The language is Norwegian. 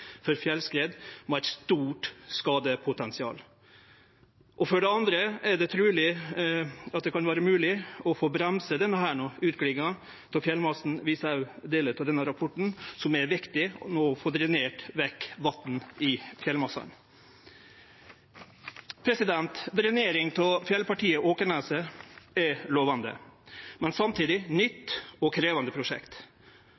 for fjellskred med eit stort skadepotensial, og for det andre at det truleg kan vere mogleg å bremse denne utglidinga av fjellmassane – det viser òg delar av rapportane – så det er viktig no å få drenert bort vatn i fjellmassane. Drenering av fjellpartiet Åkneset er eit lovande, men samtidig